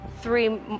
three